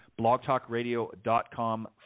blogtalkradio.com